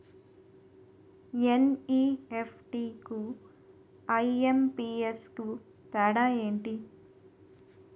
NEFT కు IMPS కు తేడా ఎంటి?